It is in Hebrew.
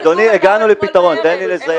הגענו לפתרון, אדוני, תן לי לסיים